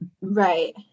right